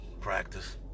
practice